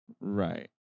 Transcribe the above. Right